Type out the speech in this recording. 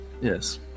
Yes